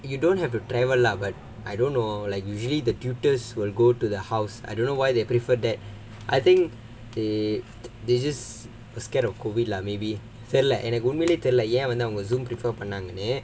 you don't have to travel lah but I don't know like usually the tutors will go to the house I don't know why they prefer that I think they they just ah scared of COVID lah maybe feel like தெரில எனக்கு உண்மையிலேயே தெரில அவங்க ஏன் வந்து:therila enakku unmaiyalayae therila avanga yaen vandhu Zoom prefer பண்ணாங்கன்னு:pannaangannu